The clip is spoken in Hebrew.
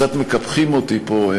קצת מקפחים אותי פה,